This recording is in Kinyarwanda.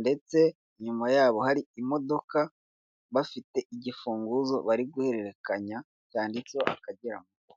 ndetse inyuma yabo hari imodoka, bafite igifunguzo bari guhererekanya byanditseho akagera moto.